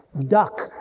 duck